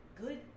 good